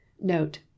Note